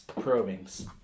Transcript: probings